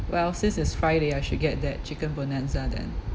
well since it's friday I should get that chicken bonanza then